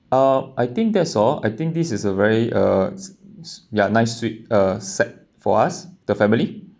uh I think that's all I think this is a very uh ya nice se~ uh set for us the family